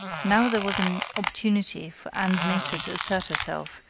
now there was an opportunity for anne's nature to assert itself,